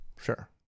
Sure